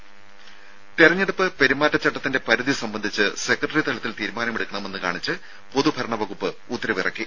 രംഭ തെരഞ്ഞെടുപ്പ് പെരുമാറ്റ ചട്ടത്തിന്റെ പരിധി സംബന്ധിച്ച് സെക്രട്ടറി തലത്തിൽ തീരുമാനമെടുക്കണമെന്ന് കാണിച്ച് പൊതു ഭരണവകുപ്പ് ഉത്തരവ് ഇറക്കി